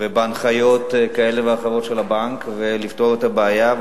ובהנחיות כאלה ואחרות של הבנק, ולפתור את הבעיה.